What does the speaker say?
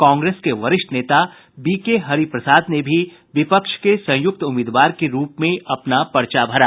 कांग्रेस के वरिष्ठ नेता बी के हरिप्रसाद ने भी विपक्ष के संयुक्त उम्मीदवार के रूप में अपना पर्चा भरा